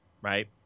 right